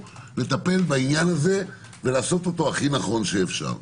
לטפל בעניין הזה ולעשות את זה הכי נכון שאפשר.